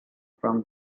from